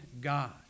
God